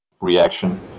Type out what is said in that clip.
Reaction